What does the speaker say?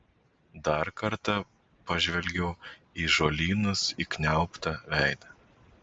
dar kartą pažvelgiau į žolynus įkniaubtą veidą